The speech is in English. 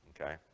okay